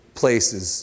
places